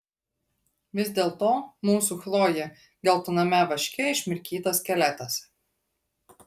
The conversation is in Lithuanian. vis dėlto mūsų chlojė geltoname vaške išmirkytas skeletas